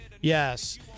Yes